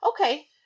Okay